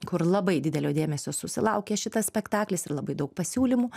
kur labai didelio dėmesio susilaukė šitas spektaklis ir labai daug pasiūlymų